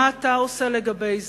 מה אתה עושה לגבי זה?